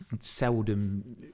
seldom